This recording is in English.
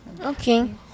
Okay